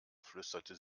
flüsterte